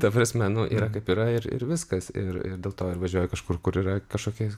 ta prasme nu yra kaip yra ir ir viskas ir ir dėl to ir važiuoji kažkur kur yra kažkokie